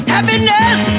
Happiness